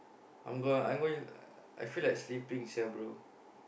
I'm gonna I'm going I feel like sleeping sia bro